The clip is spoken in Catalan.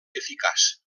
eficaç